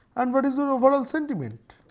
and what is your overall sentiment.